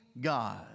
God